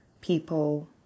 people